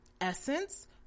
Essence